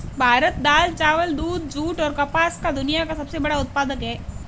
भारत दाल, चावल, दूध, जूट, और कपास का दुनिया का सबसे बड़ा उत्पादक है